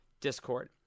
discord